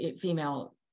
female